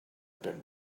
been